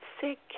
sick